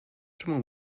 czemu